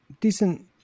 decent